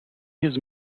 his